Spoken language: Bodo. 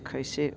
खायसे